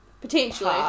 Potentially